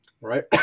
right